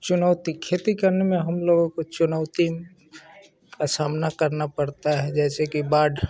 चुनौती खेती करने में हम लोगों को चुनौती का सामना करना पड़ता है जैसे कि बाढ़